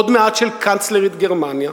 עוד מעט של קנצלרית גרמניה,